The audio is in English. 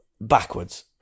backwards